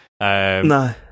No